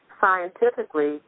scientifically